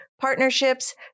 partnerships